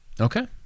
okay